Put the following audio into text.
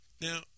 Now